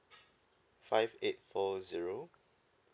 five eight four zero